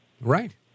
Right